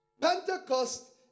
Pentecost